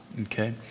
okay